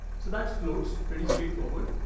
so that's floats pretty straightforward.